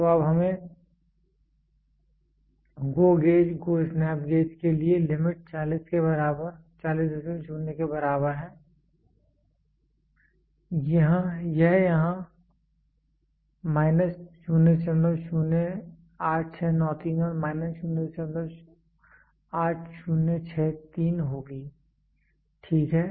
तो अब हमें GO gauge GO snap gauge के लिए लिमिट 400 के बराबर है यह यहां माइनस 008693 और माइनस 008063 होगी ठीक है